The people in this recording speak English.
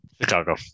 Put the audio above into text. Chicago